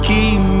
Keep